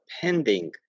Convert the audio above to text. pending